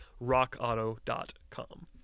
rockauto.com